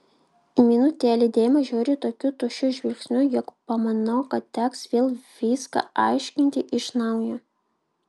minutėlę deima žiūri tokiu tuščiu žvilgsniu jog pamanau kad teks vėl viską aiškinti iš naujo